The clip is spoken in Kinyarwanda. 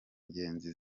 ngenzi